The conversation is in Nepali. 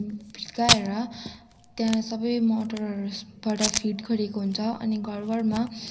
फुस्काएर त्यहाँ सबै मोटरहरूबाट फिट गरिएको हुन्छ अनि घरघरमा